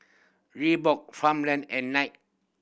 Reebok Farmland and Knight